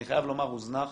אני חייב לומר הוזנח